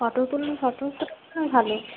photo ভালো